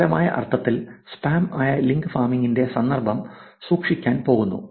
വിശാലമായ അർത്ഥത്തിൽ സ്പാം ആയ ലിങ്ക് ഫാമിംഗിന്റെ സന്ദർഭം സൂക്ഷിക്കാൻ പോകുന്നു